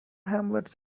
hamlets